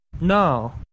No